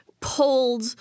pulled